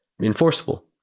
enforceable